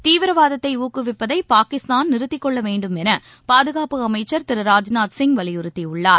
தீவிரவாதத்தைஊக்குவிப்பதைபாகிஸ்தான் நிறுத்திக் கொள்ளவேண்டும்எனபாதுகாப்பு அமைச்சர் திரு ராஜ்நாத் சிங் வலியுறுத்தியுள்ளார்